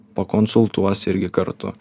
pakonsultuos irgi kartu